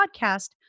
podcast